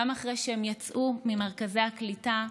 גם אחרי שהם יצאו ממרכזי הקליטה,